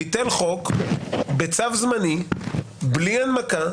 בצו זמני בלי הנמקה,